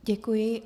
Děkuji.